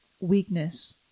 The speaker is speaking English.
weakness